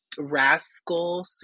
rascal